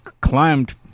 climbed